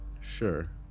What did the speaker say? Sure